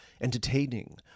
entertaining